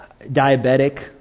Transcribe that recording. diabetic